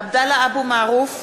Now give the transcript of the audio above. (קוראת בשמות חברי הכנסת) עבדאללה אבו מערוף,